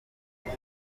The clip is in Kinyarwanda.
gusa